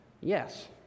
Yes